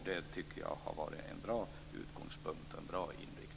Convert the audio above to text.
Det tycker jag har varit en bra utgångspunkt och en bra inriktning.